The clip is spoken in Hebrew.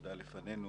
עבודה לפנינו.